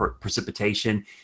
precipitation